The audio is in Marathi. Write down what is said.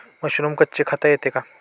मशरूम कच्चे खाता येते का?